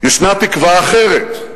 ישנה תקווה אחרת,